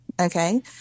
Okay